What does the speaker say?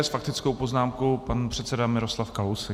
S faktickou poznámkou pan předseda Miroslav Kalousek.